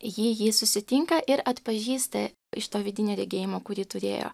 ji jį susitinka ir atpažįsta iš to vidinio regėjimo kurį turėjo